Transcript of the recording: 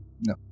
No